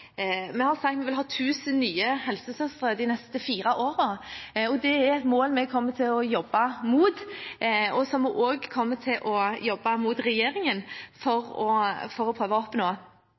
Vi har sagt at vi vil ha 1 000 nye helsesøstre de neste fire årene. Det er et mål vi kommer til å jobbe mot, og som vi også kommer til å jobbe for overfor regjeringen for å prøve å oppnå.